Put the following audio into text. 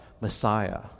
Messiah